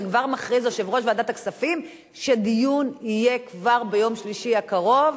וכבר מכריז יושב-ראש ועדת הכספים שהדיון יהיה כבר ביום שלישי הקרוב,